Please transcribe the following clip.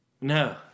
No